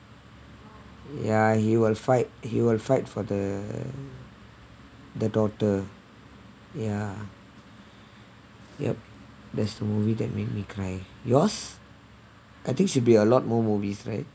ya he will fight he will fight for the the daughter ya yup that's the movie that made me cry yours I think should be a lot more movies right